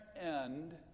end